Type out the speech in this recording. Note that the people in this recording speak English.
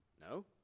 No